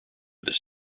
this